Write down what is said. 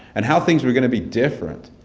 and how things were going to be different.